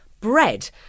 bread